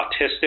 autistic